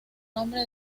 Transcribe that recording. nombre